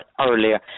earlier